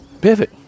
pivot